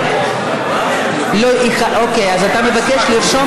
אז אתה מבקש להירשם